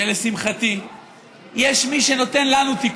שלשמחתי יש מי שנותן לנו תיקון.